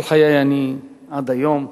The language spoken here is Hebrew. כל חיי, עד היום,